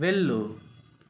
వెళ్ళు